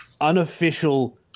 unofficial